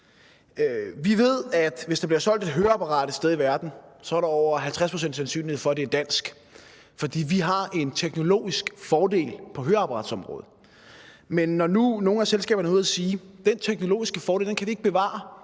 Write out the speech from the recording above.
Vi ved, at hvis der bliver solgt et høreapparat et sted i verden, er der over 50 pct.s sandsynlighed for, at det er dansk, fordi vi har en teknologisk fordel på høreapparatsområdet. Når nu nogle af selskaberne er ude at sige, at de ikke kan bevare